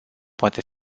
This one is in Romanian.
poate